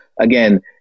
again